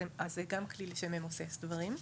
אז זה כלי שממוסס דברים.